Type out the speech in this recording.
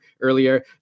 earlier